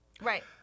Right